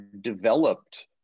developed